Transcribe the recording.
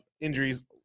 injuries